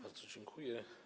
Bardzo dziękuję.